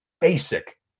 Basic